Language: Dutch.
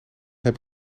heb